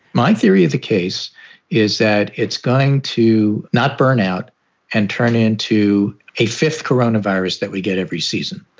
my theory of the case is that it's going to not burn out and turn it into a fifth corona virus that we get every season.